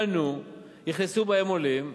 בנו, נכנסו בהן עולים,